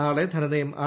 നാളെ ധനനയം ആർ